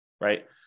right